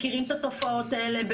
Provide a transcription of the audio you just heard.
מכירים את התופעות האלה,